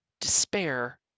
despair